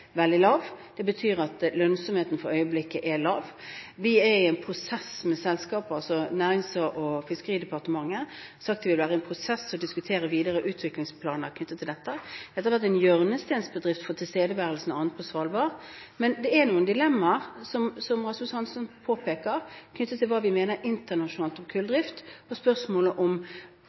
veldig lav. Det betyr at lønnsomheten for øyeblikket er lav. Nærings- og fiskeridepartementet er i en prosess med selskaper for å diskutere videre utviklingsplaner knyttet til dette. Dette har vært en hjørnestensbedrift for tilstedeværelsen på Svalbard. Men det er noen dilemmaer, som Rasmus Hansson påpeker, knyttet til hva vi mener internasjonalt om kulldrift, og spørsmålet om